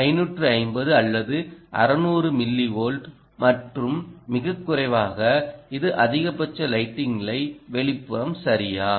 550 அல்லது 600 மில்லிவோல்ட் மற்றும் மிகக் குறைவாக இது அதிகபட்ச லைட்டிங் நிலை வெளிப்புறம் சரியா